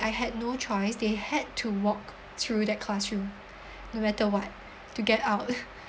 I had no choice they had to walk through that classroom no matter what to get out